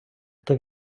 хто